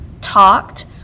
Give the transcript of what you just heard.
talked